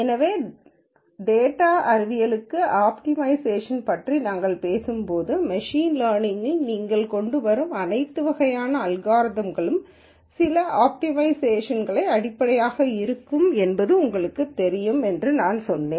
எனவே டேட்டா அறிவியலுக்கான ஆப்டிமைஷேஷன் பற்றி நாங்கள் பேசும்போது மெஷின் லேர்னிங்ல் நீங்கள் கொண்டு வரும் அனைத்து வகையான அல்காரிதம்களும் சில ஆப்டிமைஷேஷன் அடிப்படை இருக்கும் என்பது உங்களுக்குத் தெரியும் என்று நான் சொன்னேன்